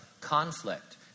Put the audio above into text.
conflict